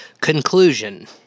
Conclusion